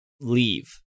leave